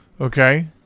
Okay